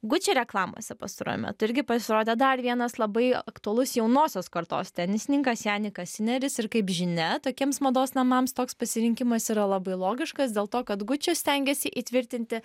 gucci reklamose pastaruoju metu irgi pasirodė dar vienas labai aktualus jaunosios kartos tenisininkas janikas sineris ir kaip žinia tokiems mados namams toks pasirinkimas yra labai logiškas dėl to kad gucci stengiasi įtvirtinti